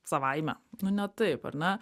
savaime nu ne taip ar ne